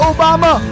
Obama